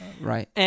Right